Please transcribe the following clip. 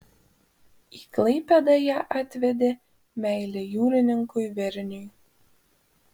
į klaipėdą ją atvedė meilė jūrininkui verniui